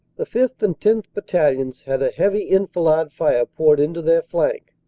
the fifth. and tenth. battalions had a heavy enfilade fire poured into their flank.